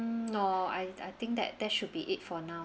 no I I think that that should be it for now